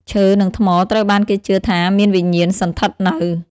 ឈើ និង ថ្ម ត្រូវបានគេជឿថាមានវិញ្ញាណសណ្ឋិតនៅ។